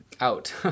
out